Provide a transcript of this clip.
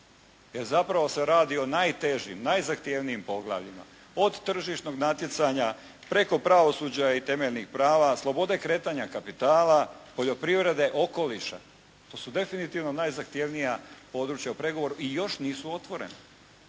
jer zapravo se radi o najtežim, najzahtjevnijim poglavljima od tržišnog natjecanja preko pravosuđa i temeljnih prava, slobode kretanja kapitala, poljoprivrede, okoliša. To su definitivno najzahtjevnija područja u pregovoru i još nisu otvorena.